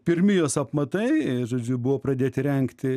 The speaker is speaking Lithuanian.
pirmi jos apmatai žodžiu buvo pradėti rengti